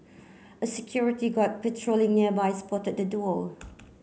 a security guard patrolling nearby spotted the duo